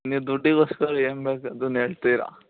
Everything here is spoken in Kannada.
ನೀವು ದುಡ್ಡಿಗೋಸ್ಕರ ಏನು ಬೇಕಾ ಅದನ್ನ ಹೇಳ್ತೀರಾ